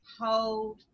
hold